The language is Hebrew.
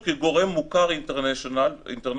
חבר'ה, לא רק שקיפחתם לנו פרנסה קטנה על